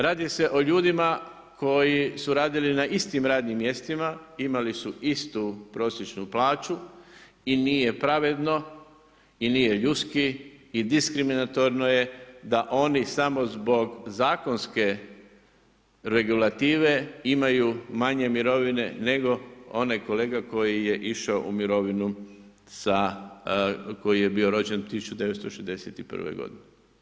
Radi se o ljudima koji su radili na istim radnim mjestima, imali su istu prosječnu plaću i nije pravedno i nije ljudski i diskriminatorno je da oni samo zbog zakonske regulative imaju manje mirovine nego onaj kolega koji je išao u mirovinu sa, koji je bio rođen 1961. godine.